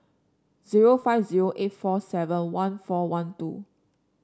zero five zero eight four seven one four one two